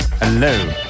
Hello